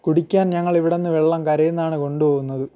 കുടിക്കാൻ ഞങ്ങൾ ഇവിടെ നിന്ന് വെള്ളം കരയിൽ നിന്നാണ് കൊണ്ടുപോവുന്നത്